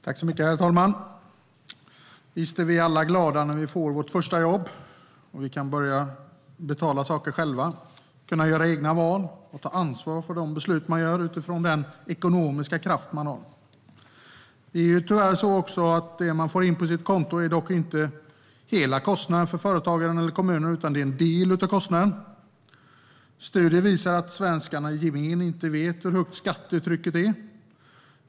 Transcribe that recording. Herr talman! Visst är vi alla glada när vi får vårt första jobb. Vi kan börja betala saker själva, göra egna val och ta ansvar för de beslut vi fattar utifrån den ekonomiska kraft vi har. Det är tyvärr så att det man får in på sitt konto inte är hela kostnaden för företagaren eller kommunen utan en del av kostnaden. Studier visar att svenskarna i gemen inte vet hur högt skattetrycket är.